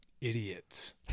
idiots